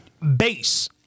base